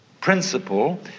principle